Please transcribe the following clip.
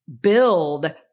build